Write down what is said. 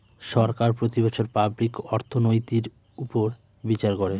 সরকার প্রতি বছর পাবলিক অর্থনৈতির উপর বিচার করে